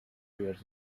peers